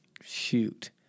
shoot